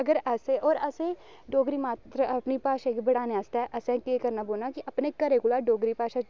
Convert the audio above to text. अगर अस होर असें डोगरी मात्तर अपनी भाशा गी बढ़ाने आस्तै असें केह् करना पौना कि अपने घरै कोला डोगरी भाशा